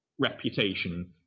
reputation